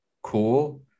Cool